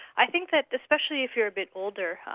i think that especially if you're a bit older,